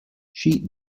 sheet